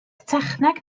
techneg